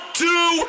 two